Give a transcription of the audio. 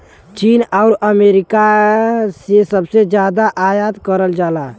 चीन आउर अमेरिका से सबसे जादा आयात करल जाला